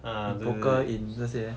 ah 对对对